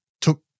Took